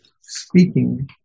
speaking